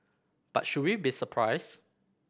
but should we be surprised